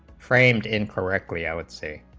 frayed incorrectly i would say